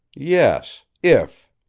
yes if.